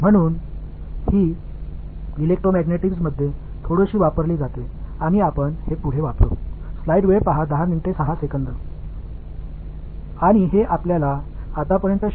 எனவே இது எலெக்ட்ரோமேக்னெட்டிக்ஸ் சிறிது பயன்படுத்தப்படுகிறது மேலும் இதை பயன்படுத்துவோம்